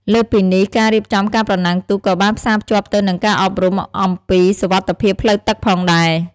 លើសពីនេះ ការរៀបចំការប្រណាំងទូកក៏បានផ្សារភ្ជាប់ទៅនឹងការអប់រំអំពីសុវត្ថិភាពផ្លូវទឹកផងដែរ។